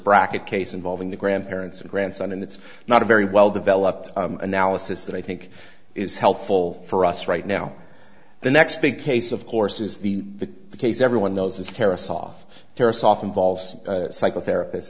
bracket case involving the grandparents a grandson and it's not a very well developed analysis that i think is helpful for us right now the next big case of course is the case everyone knows is terrorists off tarasoff involves a psychotherapist